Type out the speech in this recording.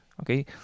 Okay